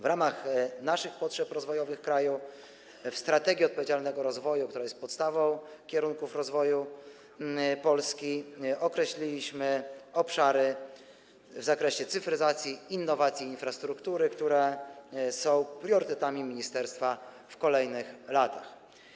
W ramach naszych potrzeb rozwojowych kraju w strategii odpowiedzialnego rozwoju, która jest podstawą kierunków rozwoju Polski, określiliśmy obszary w zakresie cyfryzacji, innowacji i infrastruktury, które są priorytetami ministerstwa w kolejnych latach.